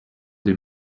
des